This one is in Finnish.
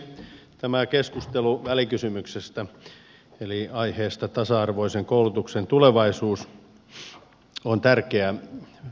tämä keskustelu välikysymyksestä eli aiheesta tasa arvoisen koulutukseen tulevaisuus on tärkeä